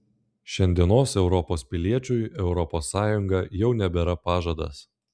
šiandienos europos piliečiui europos sąjunga jau nebėra pažadas